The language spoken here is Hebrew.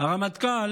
הרמטכ"ל,